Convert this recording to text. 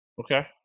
Okay